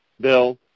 bill